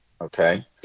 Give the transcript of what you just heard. Okay